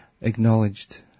acknowledged